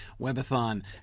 webathon